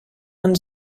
ens